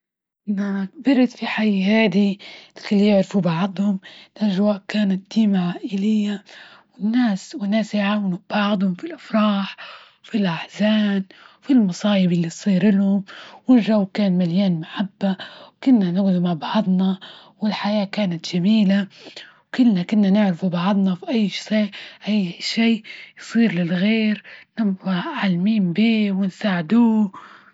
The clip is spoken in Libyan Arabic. أنا كبرت يا حي هادي خليه يعرفه بعضهم، الأجواء كانت ديما عائلية، والناس وناس يعاونوا بعضهم في الأفراح، وفي الأحزان، وفي المصايب اللي تصير إلهم، والجو كان مليان محبة، وكنا نجعد مع بعضنا، والحياة كانت جميلة وكلنا كنا نعرفوا بعضنا باي شي -أي شي يصير للغير كنا عالمين بيه ونساعدوه.